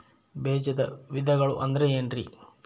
ಬೇಜದ ವಿಧಗಳು ಅಂದ್ರೆ ಏನ್ರಿ?